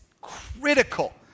critical